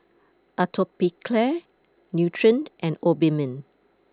Atopiclair Nutren and Obimin